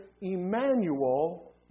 Emmanuel